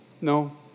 No